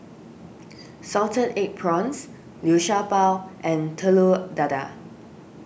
Salted Egg Prawns Liu Sha Bao and Telur Dadah